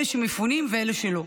אלה שמפונים ואלה שלא.